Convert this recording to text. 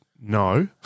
no